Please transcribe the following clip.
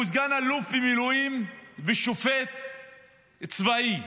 והוא סגן אלוף במילואים ושופט צבאי,